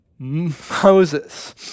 Moses